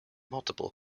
multiple